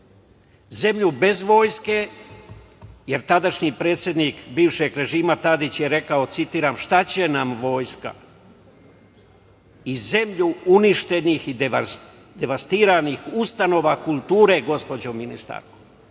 zemlju bez vojske, jer tadašnji predsednik bivšeg režima Tadić je rekao, citiram: „Šta će nam vojska?“ i zemlju uništenih i devastiranih ustanova kulture, gospođo ministarka.